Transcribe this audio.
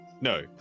No